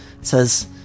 says